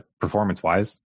performance-wise